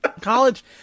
college